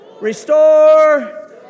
Restore